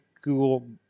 Google